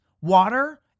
water